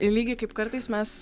i lygiai kaip kartais mes